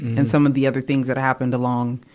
and some of the other things that happened along,